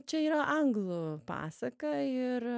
čia yra anglų pasaka ir